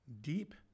Deep